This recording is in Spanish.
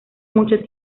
mucho